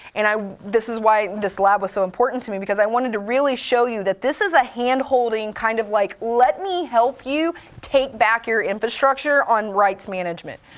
and this is why this lab was so important to me because i wanted to really show you that this is a handholding, kind of like let me help you take back your infrastructure on rights management,